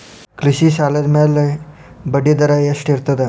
ಕೃಷಿ ಸಾಲದ ಮ್ಯಾಲೆ ಬಡ್ಡಿದರಾ ಎಷ್ಟ ಇರ್ತದ?